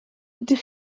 ydych